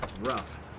Rough